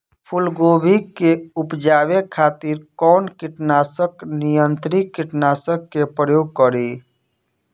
फुलगोबि के उपजावे खातिर कौन कीट नियंत्री कीटनाशक के प्रयोग करी?